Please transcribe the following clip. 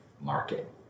market